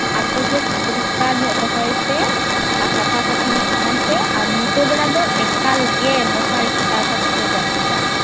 ᱟᱛᱳᱜᱮ ᱯᱚᱨᱤᱥᱠᱟᱨ ᱧᱚᱜ ᱫᱚᱦᱚᱭ ᱯᱮ ᱟᱨ ᱥᱟᱯᱷᱟ ᱥᱟᱯᱷᱤ ᱧᱚᱜ ᱛᱟᱦᱮᱱ ᱯᱮ ᱟᱨ ᱧᱤᱫᱟᱹ ᱵᱮᱲᱟ ᱫᱚ ᱮᱠᱟᱞᱜᱮ ᱢᱚᱥᱟᱨᱤ ᱠᱷᱟᱴᱟᱣ ᱠᱟᱛᱮᱯᱮ ᱡᱟᱯᱤᱫᱟ